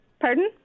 Pardon